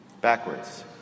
backwards